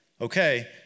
Okay